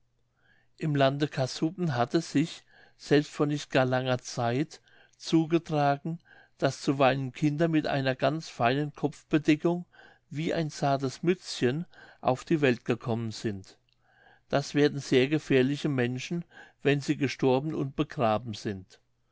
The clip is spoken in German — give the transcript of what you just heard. im lande kassuben hat es sich selbst vor nicht gar langer zeit zugetragen daß zuweilen kinder mit einer ganz feinen kopfbedeckung wie ein zartes mützchen auf die welt gekommen sind das werden sehr gefährliche menschen wenn sie gestorben und begraben sind